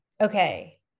okay